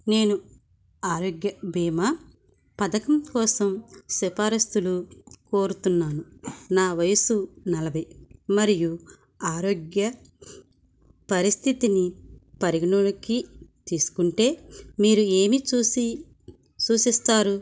నేను ఆరోగ్య బీమా పథకం కోసం సిఫారస్సులు కోరుతున్నాను నా వయస్సు నలభై మరియు ఆరోగ్య పరిస్థితిని పరిగణలోకి తీసుకుంటే మీరు ఏమి సూచిస్తారు